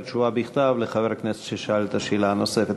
תשובה בכתב לחבר הכנסת ששאל את השאלה הנוספת.